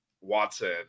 Watson